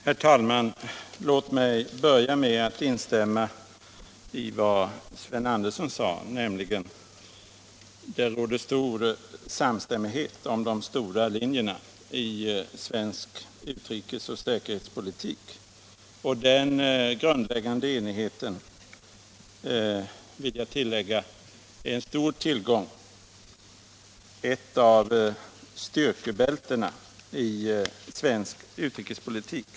Herr talman! Låt mig börja med att instämma i vad herr Sven Andersson i Stockholm sade, nämligen att det råder samstämmighet om de stora linjerna i svensk utrikesoch säkerhetspolitik. Den grundläggande enigheten, vill jag tillägga, är en stor tillgång, ett av styrkebältena i svensk utrikespolitik.